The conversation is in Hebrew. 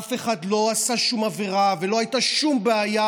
אף אחד לא עשה שום עבירה ולא הייתה שום בעיה,